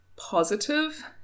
positive